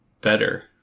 better